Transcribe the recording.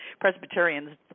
Presbyterians